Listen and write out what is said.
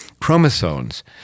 chromosomes